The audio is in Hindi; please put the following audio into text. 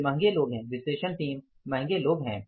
वे महंगे लोग हैं विश्लेषण टीम महंगे लोग हैं